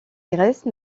grèce